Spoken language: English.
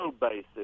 basic